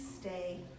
stay